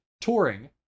touring